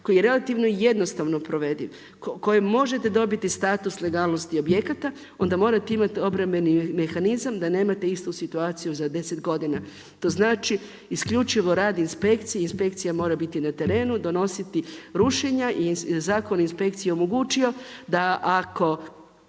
koji je relativno jednostavno provediv, kojim možete dobiti status legalnosti objekata onda morate imati obrambeni mehanizam da nemate istu situaciju za 10 godina. To znači isključivo radi inspekcije, inspekcija mora biti na terenu, donositi rušenja i Zakon o inspekciji je omogućio da ako